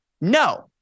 No